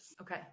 okay